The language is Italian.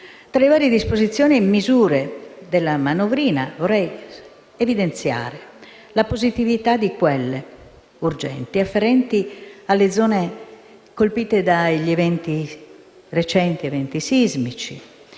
Tra le varie disposizioni e misure della cosiddetta manovrina, vorrei evidenziare la positività di quelle urgenti afferenti alle zone colpite dai recenti eventi sismici,